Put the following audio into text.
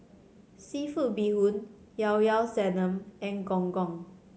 seafood bee hoon Llao Llao Sanum and Gong Gong